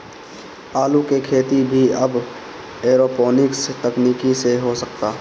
आलू के खेती भी अब एरोपोनिक्स तकनीकी से हो सकता